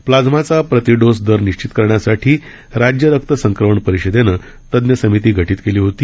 प्लाझ्माचा प्रती डोस दर निश्चित करण्यासाठी राज्य रक्त संक्रमण परिषदेनं तज्ञ समिती गठीत केली होती